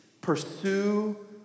pursue